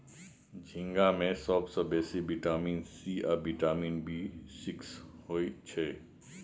झींगा मे सबसँ बेसी बिटामिन सी आ बिटामिन बी सिक्स होइ छै